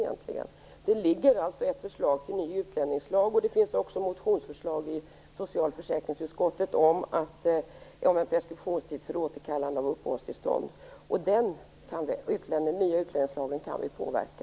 Det föreligger alltså ett förslag till ny utlänningslag, och det finns också motionsförslag i socialförsäkringsutskottet om en preskriptionstid för återkallande av uppehållstillstånd. Den nya utlänningslagen kan vi påverka.